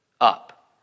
Up